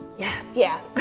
yes. yeah.